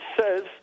says